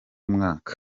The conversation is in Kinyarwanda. mwaka